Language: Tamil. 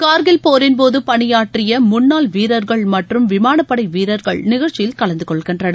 கார்கில் போரின்போது பணியாற்றிய முன்னால் வீரர்கள் மற்றும் விமானப்படை வீரர்கள் நிகழ்ச்சியில் கலந்த கொள்கின்றனர்